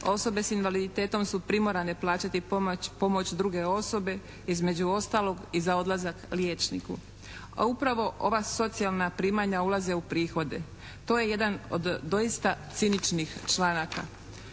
osobe s invaliditetom su primorane plaćati pomoć druge osobe, između ostalog i za odlazak liječniku. A upravo ova socijalna primanja ulaze u prihode. To je jedan od doista ciničnih članaka.